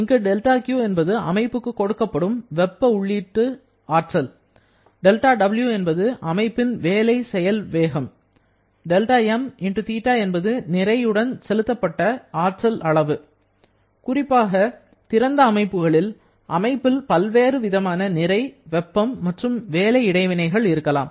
இங்கு δQ என்பது அமைப்புக்கு கொடுக்கப்படும் வெப்ப ஆற்றல் உள்ளீடு δW என்பது அமைப்பின் வேலை செயல் வேகம் δmθ என்பது நிறையுடன் செலுத்தப்பட்ட ஆற்றல் அளவு குறிப்பாக திறந்த அமைப்புகளில் அமைப்பில் பல்வேறுவிதமான நிறை வெப்பம் மற்றும் வேலை இடைவினைகள் இருக்கலாம்